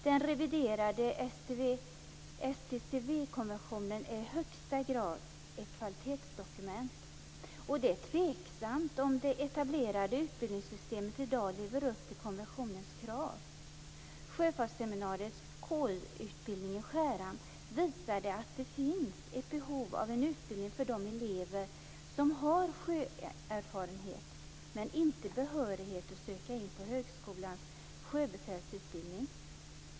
Den reviderade STCW konventionen är i högsta grad ett kvalitetsdokument. Det är tveksamt om det etablerade utbildningssystemet i dag lever upp till konventionens krav. Sjöfartsseminariets KY-utbildning i Skärhamn visar att det finns ett behov av en utbildning för de elever som har sjöerfarenhet men inte behörighet att söka in på högskolans sjöbefälsutbildning.